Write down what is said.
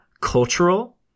cultural